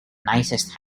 nicest